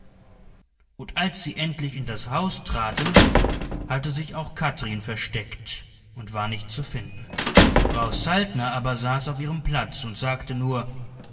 und als sie endlich in das haus traten hatte sich auch kathrin versteckt und war nicht zu finden frau saltner aber saß auf ihrem platz und sagte nur